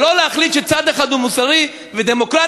ולא להחליט שצד אחד הוא מוסרי ודמוקרטי,